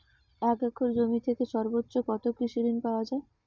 এক একর জমি থেকে সর্বোচ্চ কত কৃষিঋণ পাওয়া য়ায়?